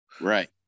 right